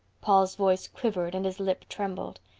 paul's voice quivered and his lip trembled.